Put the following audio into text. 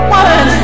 one